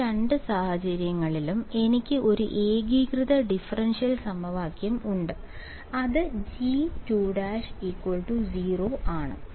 ഈ രണ്ട് സാഹചര്യങ്ങളിലും എനിക്ക് ഒരു ഏകീകൃത ഡിഫറൻഷ്യൽ സമവാക്യം ഉണ്ട് അത് G′′ 0 ആണ്